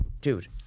dude